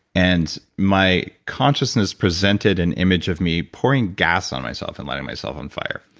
and my consciousness presented an image of me pouring gas on myself and lighting myself on fire.